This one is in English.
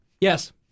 Yes